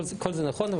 כל זה נכון,